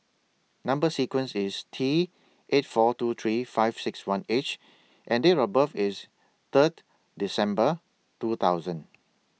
Number sequence IS T eight four two three five six one H and Date of birth IS Third December two thousand